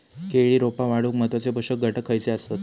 केळी रोपा वाढूक महत्वाचे पोषक घटक खयचे आसत?